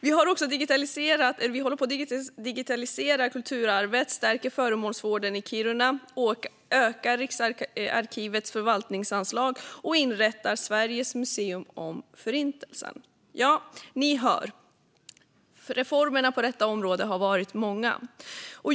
Vi digitaliserar kulturarvet, stärker föremålsvården i Kiruna, ökar Riksarkivets förvaltningsanslag och inrättar Sveriges museum om Förintelsen. Ja, ni hör: Reformerna på detta område har varit många.